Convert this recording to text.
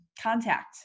contact